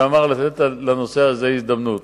שאמר לתת לנושא הזה הזדמנות.